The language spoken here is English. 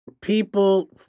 people